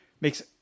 makes